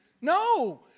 No